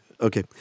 Okay